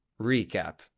Recap